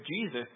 Jesus